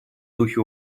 духе